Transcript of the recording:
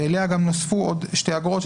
אליה גם נוספו שתי אגרות,